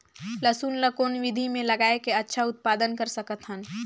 लसुन ल कौन विधि मे लगाय के अच्छा उत्पादन कर सकत हन?